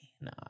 No